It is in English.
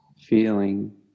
feeling